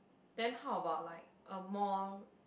then how about like a more